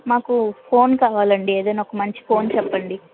మాకు ఫోన్ కావాలండీ ఏదైనా ఒక మంచి ఫోన్ చెప్పండి